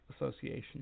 Association